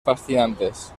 fascinantes